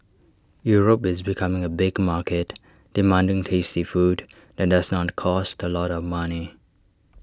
Europe is becoming A big market demanding tasty food that does not cost A lot of money